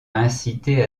incité